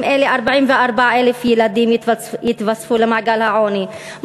אלה 44,000 ילדים יתווספו למעגל העוני,